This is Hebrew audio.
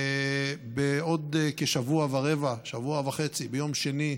בעוד כשבוע ורבע, שבוע וחצי, ביום שני,